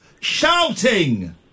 shouting